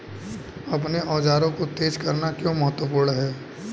अपने औजारों को तेज करना क्यों महत्वपूर्ण है?